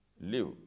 live